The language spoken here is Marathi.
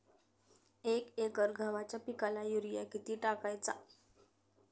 एक एकर गव्हाच्या पिकाला युरिया किती टाकायचा?